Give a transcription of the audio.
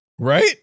Right